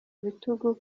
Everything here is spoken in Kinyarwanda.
bitugu